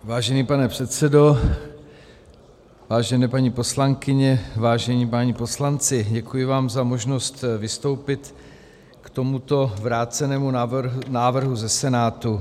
Vážený pane předsedo, vážené paní poslankyně, vážení páni poslanci, děkuji vám za možnost vystoupit k tomuto vrácenému návrhu ze Senátu.